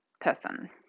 person